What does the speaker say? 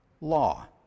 law